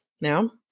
now